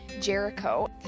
Jericho